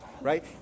right